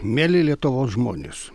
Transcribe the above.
mieli lietuvos žmonės